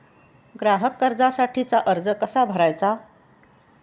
ग्राहक कर्जासाठीचा अर्ज कसा भरायचा?